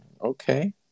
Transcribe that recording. Okay